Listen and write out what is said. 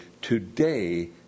Today